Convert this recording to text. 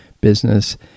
business